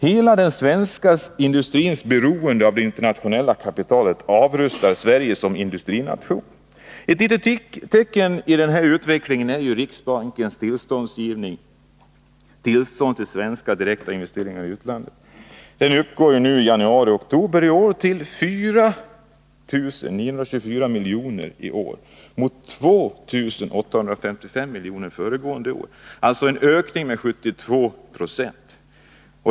Hela den svenska industrins beroende av det internationella kapitalet avrustar Sverige som industrination. Ett litet tecken på denna utveckling är riksbankens tillstånd till svenska direkta investeringar i utlandet. De investeringarna uppgår från januari-oktober till 4 924 miljoner i år mot 2 855 miljoner föregående år, alltså en ökning med 72 70.